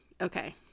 Okay